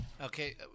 Okay